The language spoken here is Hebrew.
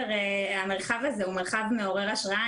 המרחב הזה הוא מרחב מעורר השראה.